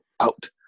out